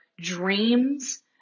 dreams